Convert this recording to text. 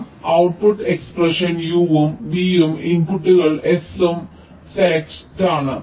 അതിനാൽ output expression u ഉം v ഉം ഇൻപുട്ടുകളും s ഉം സെലക്ട് ആണ്